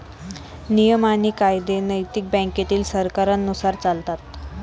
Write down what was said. नियम आणि कायदे नैतिक बँकेतील सरकारांनुसार चालतात